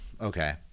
Okay